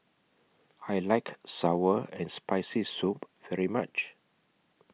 I like Sour and Spicy Soup very much